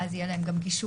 ואז יהיה להם גם גישור,